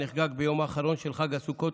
הנחגג ביום האחרון של חג הסוכות,